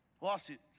Lawsuits